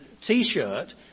T-shirt